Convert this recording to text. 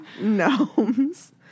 Gnomes